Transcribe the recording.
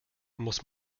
muss